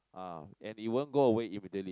ah and it wouldn't go away immediately